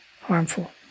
harmful